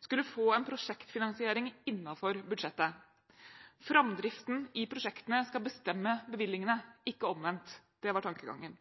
skulle få en prosjektfinansiering innenfor budsjettet. Framdriften i prosjektene skal bestemme bevilgningene og ikke omvendt. Det var tankegangen.